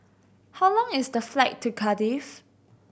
how long is the flight to Cardiff